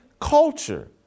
culture